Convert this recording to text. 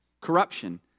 corruption